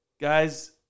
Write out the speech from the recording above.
guys